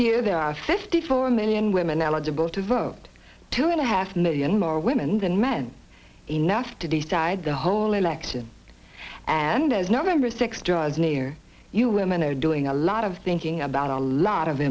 there are fifty four million women eligible to vote two and a half million more women than men enough to decide the whole election and as november sixth draws near you women are doing a lot of thinking about a lot of